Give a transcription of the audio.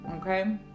okay